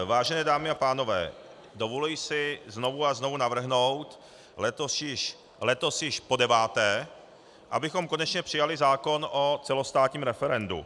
Vážené dámy a pánové, dovoluji si znovu a znovu navrhnout, letos již podeváté, abychom konečně přijali zákon o celostátním referendu.